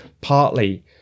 partly